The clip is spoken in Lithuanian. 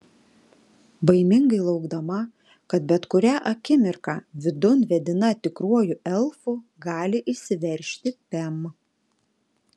baimingai laukdama kad bet kurią akimirką vidun vedina tikruoju elfu gali įsiveržti pem